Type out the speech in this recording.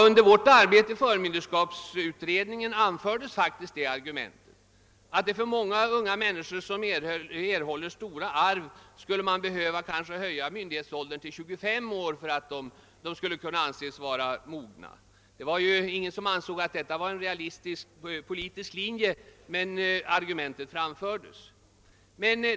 Under vårt arbete i förmynderskapsutredningen anfördes faktiskt det argumentet, att man för unga människor som erhåller stora arv skulle behöva höja myndighetsåldern till 25 år; först då skulle de anses vara mogna att förvalta sin förmögenhet. Det var ingen som ansåg att detta var en realistisk politisk linje, men argumentet framfördes.